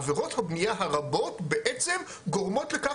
עבירות הבנייה הרבות בעצם גורמות לכך